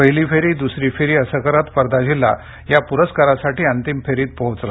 पहिली फेरी दुसरी फेरी असे करत वर्धा जिल्हा या पुरस्कारासाठी अंतीम फेरीत पोहोचला